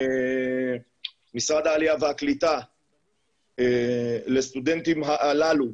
משרד העלייה והקליטה לסטודנטים הללו,